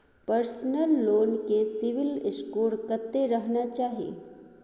Personal loan ले CIBIL score कत्ते रहना चाही?